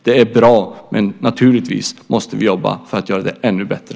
Det är bra, men naturligtvis måste vi jobba för att göra det ännu bättre.